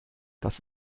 das